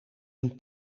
een